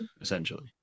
essentially